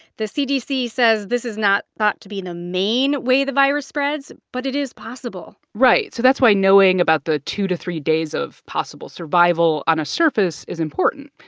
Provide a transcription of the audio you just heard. the cdc says this is not thought to be the main way the virus spreads, but it is possible right. so that's why knowing about the two to three days of possible survival on a surface is important.